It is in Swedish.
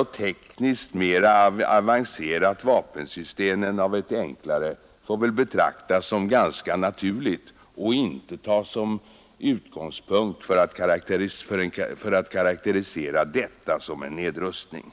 och tekniskt mera avancerat vapensystem än av ett enklare får väl betraktas som ganska naturligt och inte tas som utgångspunkt för att karakterisera detta som en nedrustning. Den operativa styrkan har kanske t.o.m. blivit större.